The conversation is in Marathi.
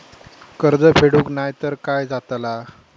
कर्ज फेडूक नाय तर काय जाताला?